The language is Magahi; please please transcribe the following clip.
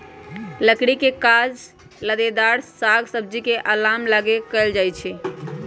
लकड़ी के काज लत्तेदार साग सब्जी के अलाम लागी कएल जाइ छइ